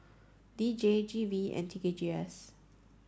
D J G V and T K G S